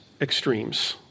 extremes